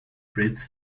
fritz